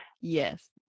Yes